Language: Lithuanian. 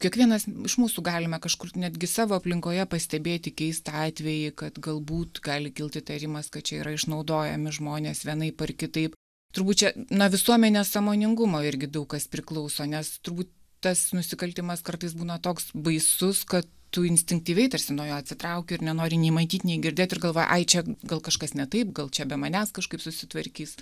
kiekvienas iš mūsų galime kažkur netgi savo aplinkoje pastebėti keistą atvejį kad galbūt gali kilt įtarimas kad čia yra išnaudojami žmonės vienaip ar kitaip turbūt čia nuo visuomenės sąmoningumo irgi daug kas priklauso nes turbūt tas nusikaltimas kartais būna toks baisus kad tu instinktyviai tarsi nuo jo atsitrauki ir nenori nei matyt nei girdėt ir galvoji ai čia gal kažkas ne taip gal čia be manęs kažkaip susitvarkys